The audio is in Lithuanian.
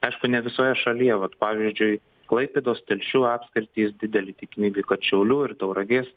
aišku ne visoje šalyje vat pavyzdžiui klaipėdos telšių apskritys didelė tikimybė kad šiaulių ir tauragės